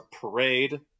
parade